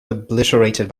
obliterated